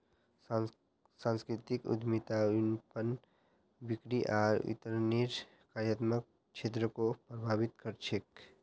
सांस्कृतिक उद्यमिता विपणन, बिक्री आर वितरनेर कार्यात्मक क्षेत्रको प्रभावित कर छेक